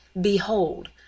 Behold